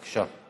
בבקשה.